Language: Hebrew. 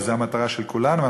שזו המטרה של כולנו,